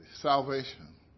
salvation